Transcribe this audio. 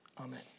Amen